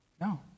No